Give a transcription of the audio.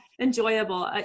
enjoyable